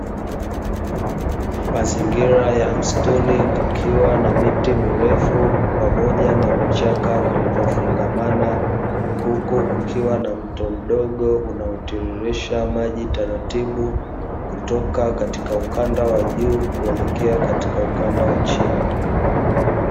Mazingira ya msituni kukiwa na miti mirefu, pamoja na vichaka vilivyofungamana, huku kukiwa na mto mdogo unao tiririsha maji taratibu kutoka katika ukanda wa juu, kuelekea katika ukanda wa chini.